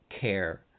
care